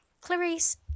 Clarice